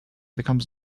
becomes